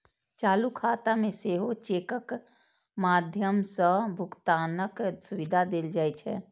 चालू खाता मे सेहो चेकक माध्यम सं भुगतानक सुविधा देल जाइ छै